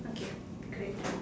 okay great